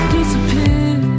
Disappear